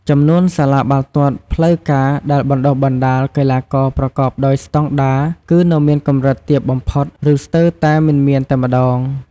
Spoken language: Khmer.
ចំនួនសាលាបាល់ទាត់ផ្លូវការដែលបណ្តុះបណ្តាលកីឡាករប្រកបដោយស្តង់ដារគឺនៅមានកម្រិតទាបបំផុត ឬស្ទើរតែមិនមានតែម្តង។